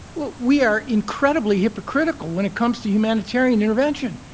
well, we are incredibly hypocritical when it comes to humanitarian intervention.